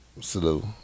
salute